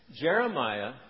Jeremiah